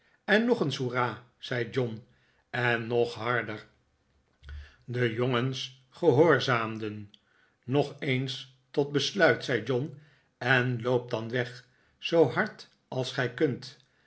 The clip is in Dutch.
koor nog eens hoera zei john en nog harder de jongens gehoorzaamden nog eens tot besluit zei john en loopt dan weg zoo hard als gij kunt